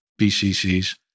BCCs